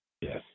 Yes